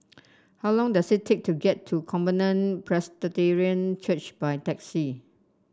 how long does it take to get to Covenant Presbyterian Church by taxi